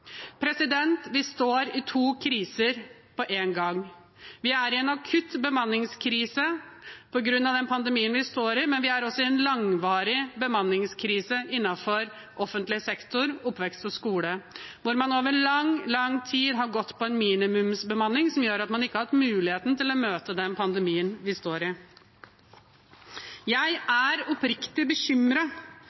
Vi står i to kriser på én gang. Vi er i en akutt bemanningskrise på grunn av den pandemien vi står i, men vi er også i en langvarig bemanningskrise innenfor offentlig sektor, oppvekst og skole. Der har man over lang, lang tid gått med en minimumsbemanning som gjør at man ikke har hatt muligheten til å møte den pandemien vi står i. Jeg er oppriktig